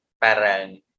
parang